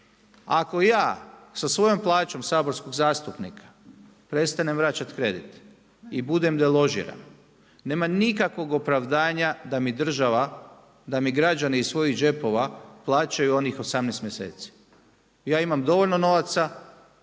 Ako ja sa svojom plaćom saborskog zastupnika prestanem vraćati kredit i budem deložiran nema nikakvog opravdanja da mi država, da mi građani iz svojih džepova plaćaju onih 18 mjeseci. Ja imam dovoljno novaca